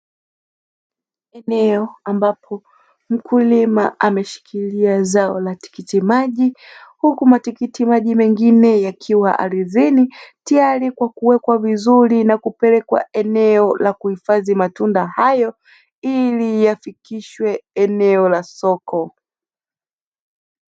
Eneo ambapo mkulima ameshikilia zao la tikitimaji, huku matikiti maji mengine yakiwa ardhini tayari kwa kuwekwa vizuri na kupelekwa eneo la khifadhi matunda hayo ili yafikishwe eneo la soko.